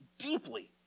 deeply